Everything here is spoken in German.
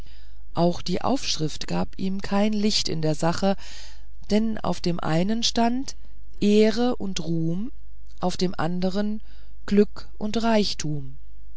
auch die aufschrift gab ihm kein licht in der sache denn auf dem einen stand ehre und ruhm auf dem andern glück und reichtum